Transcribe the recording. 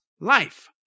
life